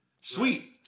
Sweet